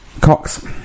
Cox